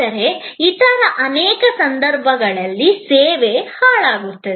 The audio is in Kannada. ಆದರೆ ಇತರ ಅನೇಕ ಸಂದರ್ಭಗಳಲ್ಲಿ ಸೇವೆ ಹಾಳಾಗುತ್ತದೆ